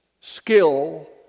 skill